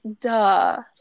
Duh